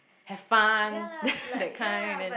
have fun that kind then